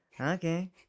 Okay